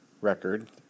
record